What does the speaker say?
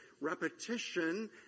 Repetition